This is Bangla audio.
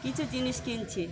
কিছু জিনিস কিনছি